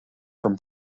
from